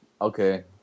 Okay